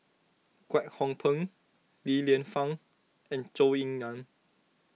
Kwek Hong Png Li Lienfung and Zhou Ying Nan